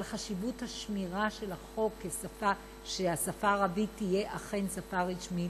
על חשיבות השמירה של החוק שהשפה הערבית תהיה אכן שפה רשמית,